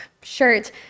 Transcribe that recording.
shirt